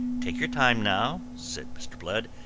take your time, now, said mr. blood.